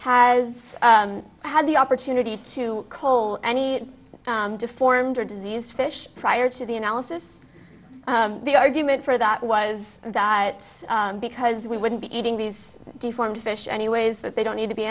has had the opportunity to coal any deformed or diseased fish prior to the analysis the argument for that was that because we wouldn't be eating these deformed fish anyways that they don't need to be